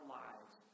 lives